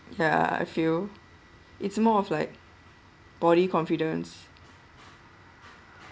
ya I feel it's more of like body confidence